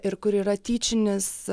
ir kur yra tyčinis